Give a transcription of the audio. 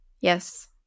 Yes